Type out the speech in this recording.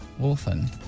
Orphan